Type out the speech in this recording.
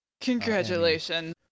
Congratulations